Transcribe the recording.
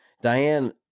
Diane